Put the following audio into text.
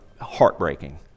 heartbreaking